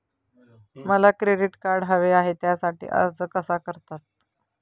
मला credit card हवे आहे त्यासाठी अर्ज कसा करतात?